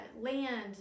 land